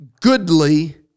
goodly